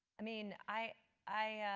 i mean, i i